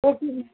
okay ma'am